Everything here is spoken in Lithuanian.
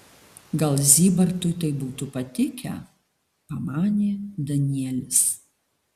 gal zybartui tai būtų patikę pamanė danielis